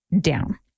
down